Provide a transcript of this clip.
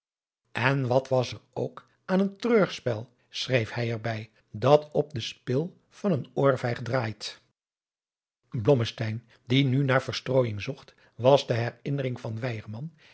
en wat was er ook aan een treurspel schreef hij er bij dat op de spil van een oorvijg draait blommesteyn die nu naar verstrooijing zocht was de herinnering van